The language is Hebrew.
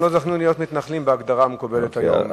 אנחנו לא זכינו להיות מתנחלים בהגדרה המקובלת היום.